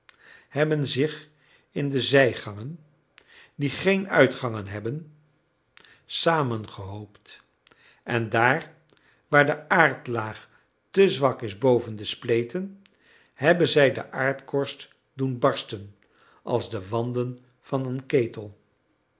hebben zich in de zijgangen die geen uitgangen hebben saamgehoopt en daar waar de aardlaag te zwak is boven de spleten hebben zij de aardkorst doen barsten als de wanden van een ketel